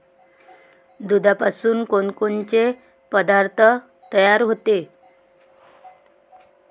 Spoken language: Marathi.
दुधापासून कोनकोनचे पदार्थ तयार होते?